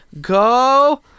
go